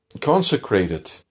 consecrated